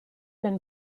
been